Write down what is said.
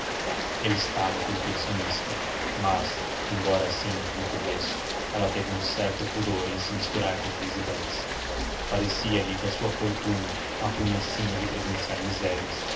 ele estava como pensionista mas embora assim no começo ela teve um certo pudor em se misturar com os visitantes parecia-lhe que a sua fortuna a punha acima de presenciar misérias